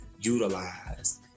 utilize